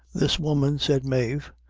this woman, said mave,